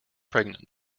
pregnant